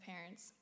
parents